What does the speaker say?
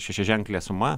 šešiaženklė suma